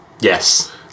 Yes